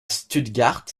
stuttgart